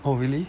oh really